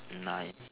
nine